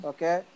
Okay